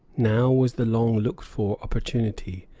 now was the long-looked-for opportunity,